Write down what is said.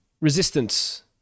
resistance